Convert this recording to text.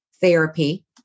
therapy